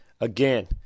again